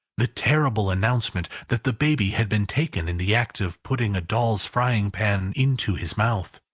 the terrible announcement that the baby had been taken in the act of putting a doll's frying-pan into his mouth,